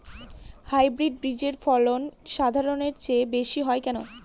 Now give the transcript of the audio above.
Hybrid বীজের ফলন সাধারণের চেয়ে বেশী হয় কেনো?